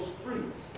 streets